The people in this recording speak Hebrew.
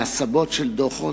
להסבת דוחות,